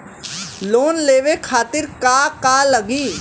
Loan लेवे खातीर का का लगी?